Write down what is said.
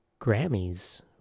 Grammys